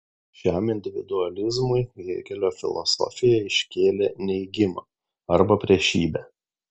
šiam individualizmui hėgelio filosofija iškėlė neigimą arba priešybę